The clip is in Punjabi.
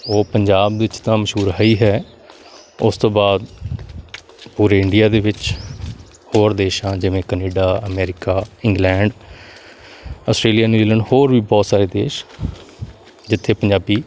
ਉਹ ਪੰਜਾਬ ਵਿੱਚ ਤਾਂ ਮਸ਼ਹੂਰ ਹੈ ਹੀ ਹੈ ਉਸ ਤੋਂ ਬਾਅਦ ਪੂਰੇ ਇੰਡੀਆ ਦੇ ਵਿੱਚ ਹੋਰ ਦੇਸ਼ਾਂ ਜਿਵੇਂ Canada America England Australia New Zealand ਹੋਰ ਵੀ ਬਹੁਤ ਸਾਰੇ ਦੇਸ਼ ਜਿੱਥੇ ਪੰਜਾਬੀ